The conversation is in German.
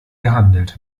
gehandelt